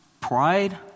pride